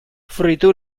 fruitu